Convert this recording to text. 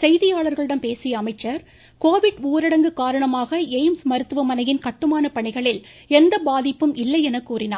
செய்தியாளர்களிடம் பேசிய அவர் கோவிட் ஊரடங்கு காரணமாக எயிம்ஸ் மருத்துவமனையின் கட்டுமான பணிகளில் எந்த பாதிப்பும் இல்லை என கூறினார்